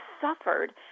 suffered